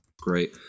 Great